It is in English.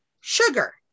sugar